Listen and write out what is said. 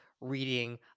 reading